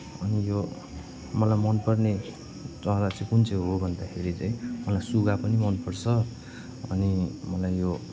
अनि यो मलाई मनपर्ने चरा चाहिँ कुन चाहिँ हो भन्दाखेरि चाहिँ मलाई सुगा पनि मनपर्छ अनि मलाई यो